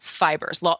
Fibers